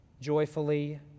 joyfully